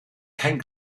kein